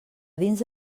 dins